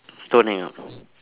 don't hang up